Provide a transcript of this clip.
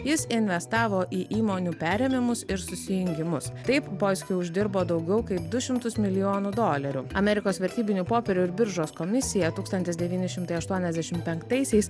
jis investavo į įmonių perėmimus ir susijungimus taip boiski uždirbo daugiau kaip du šimtus milijonų dolerių amerikos vertybinių popierių ir biržos komisija tūkstantis devyni šimtai aštuoniasdešim penktaisiais